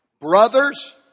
brothers